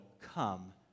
come